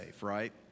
right